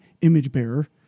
image-bearer